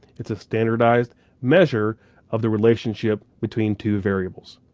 it's a standardized measure of the relationship between two variables.